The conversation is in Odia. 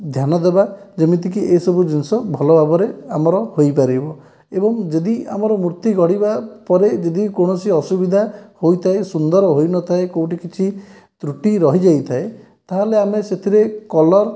ଧ୍ୟାନ ଦେବା ଯେମିତିକି ଏ ସବୁ ଜିନିଷ ଭଲ ଭାବରେ ଆମର ହୋଇ ପାରିବ ଏବଂ ଯଦି ଆମର ମୂର୍ତ୍ତି ଗଢ଼ିବା ପରେ ଯଦି କୌଣସି ଅସୁବିଧା ହୋଇଥାଏ ସୁନ୍ଦର ହୋଇନଥାଏ କେଉଁଠି କିଛି ତ୍ରୁଟି ରହିଯାଇଥାଏ ତାହାଲେ ଆମେ ସେଥିରେ କଲର